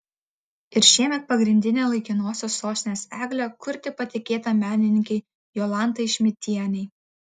ir šiemet pagrindinę laikinosios sostinės eglę kurti patikėta menininkei jolantai šmidtienei